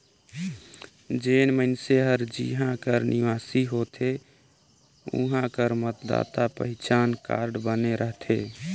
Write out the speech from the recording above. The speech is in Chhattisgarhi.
जेन मइनसे हर जिहां कर निवासी होथे उहां कर मतदाता पहिचान कारड बने रहथे